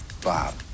Bob